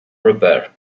repair